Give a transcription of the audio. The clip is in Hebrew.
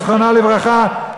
זיכרונה לברכה,